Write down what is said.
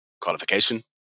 qualification